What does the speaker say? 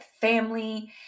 family